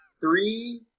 three